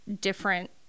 different